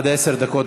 עד עשר דקות.